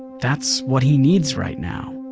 that's what he needs right now.